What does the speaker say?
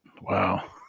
Wow